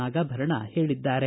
ನಾಗಾಭರಣ ಹೇಳಿದ್ದಾರೆ